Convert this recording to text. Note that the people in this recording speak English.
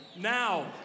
now